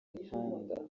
mihanda